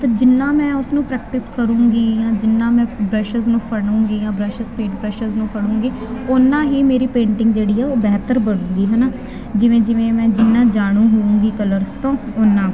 ਤਾਂ ਜਿੰਨਾ ਮੈਂ ਉਸਨੂੰ ਪ੍ਰੈਕਟਿਸ ਕਰੂੰਗੀ ਜਾਂ ਜਿੰਨਾ ਮੈਂ ਬ੍ਰਸ਼ਿਸ ਨੂੰ ਫੜੂੰਗੀ ਜਾਂ ਬ੍ਰਸ਼ ਸਪੀਡ ਪ੍ਰੈਸ਼ਰਸ ਨੂੰ ਫੜੂੰਗੀ ਓਨਾ ਹੀ ਮੇਰੀ ਪੇਂਟਿੰਗ ਜਿਹੜੀ ਹੈ ਉਹ ਬਿਹਤਰ ਬਣੂਗੀ ਹੈ ਨਾ ਜਿਵੇਂ ਜਿਵੇਂ ਮੈਂ ਜਿੰਨਾ ਜਾਣੂ ਹੋਊਂਗੀ ਕਲਰਸ ਤੋਂ ਓਨਾ